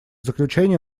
заключение